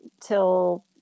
till